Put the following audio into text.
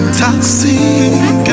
toxic